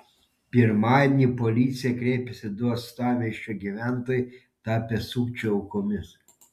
pirmadienį į policiją kreipėsi du uostamiesčio gyventojai tapę sukčių aukomis